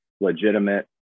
legitimate